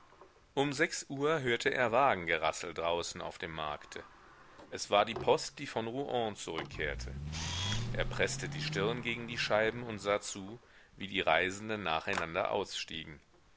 um sechs uhr hörte er wagengerassel draußen auf dem markte es war die post die von rouen zurückkehrte er preßte die stirn gegen die scheiben und sah zu wie die reisenden nacheinander ausstiegen